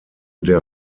der